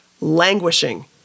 languishing